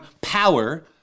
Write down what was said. power